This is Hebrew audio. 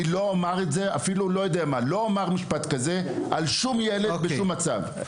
אני לא אומר משפט כזה על שום ילד בשום מצב.